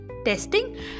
testing